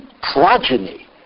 progeny